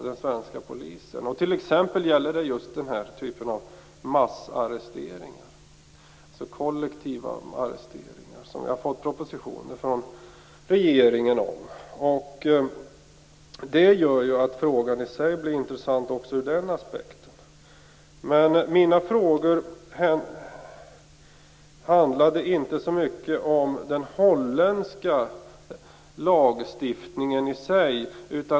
Det gäller just den här typen av kollektiva arresteringar, som vi har fått propositioner från regeringen om. Det gör att frågan i sig blir intressant också ur den aspekten. Men mina frågor handlade inte så mycket om den holländska lagstiftningen i sig.